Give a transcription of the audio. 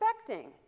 expecting